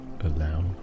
allow